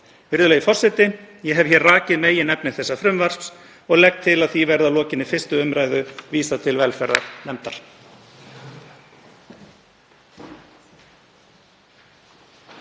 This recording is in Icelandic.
Virðulegi forseti. Ég hef hér rakið meginefni þessa frumvarps og legg til að því verði að lokinni 1. umr. vísað til velferðarnefndar.